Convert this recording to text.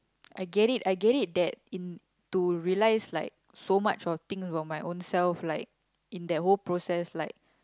I get it I get it that in to realise like so much of things about my own self like in that whole process like